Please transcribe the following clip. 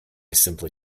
simply